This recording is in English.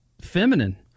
feminine